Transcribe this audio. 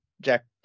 Jack